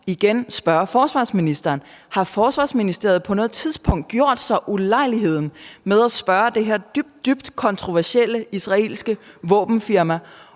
igen spørge forsvarsministeren: Har Forsvarsministeriet på noget tidspunkt gjort sig den ulejlighed at bede det her dybt, dybt kontroversielle israelske våbenfirma